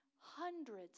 hundreds